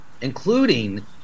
including